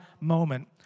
moment